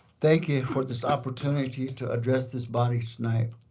thank you for this opportunity to address this body tonight.